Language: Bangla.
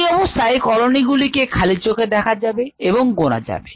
এই অবস্থায় কলোনি গুলিকে খালি চোখে দেখা যাবে এবং গোনা যাবে